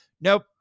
Nope